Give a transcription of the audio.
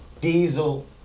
Diesel